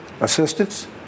assistance